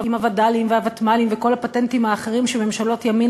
עם הווד"לים והוותמ"לים וכל הפטנטים האחרים שממשלות ימין